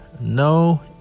no